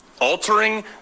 altering